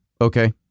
Okay